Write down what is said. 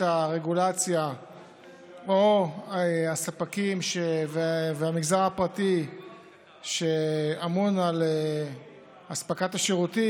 הרגולציה או הספקים והמגזר הפרטי שאמון על אספקת השירותים,